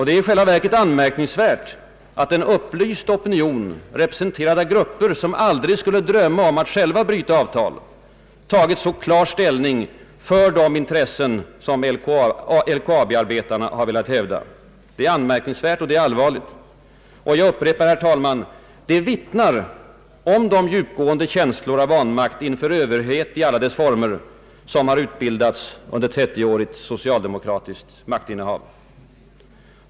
Det är i själva verket anmärkningsvärt att en upplyst opinion, representerad av grupper som aldrig skulle drömma om att själva bryta avtal, tagit så klar ställning för de intressen som LKAB-arbetarna har velat hävda. Det är anmärkningsvärt och det är allvarligt, och jag upprepar, herr talman, det vittnar om de djupgående känslor av vanmakt inför överhet i alla dess former som har utbildats under trettioårigt socialdemokratiskt maktinnehav.